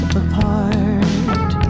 apart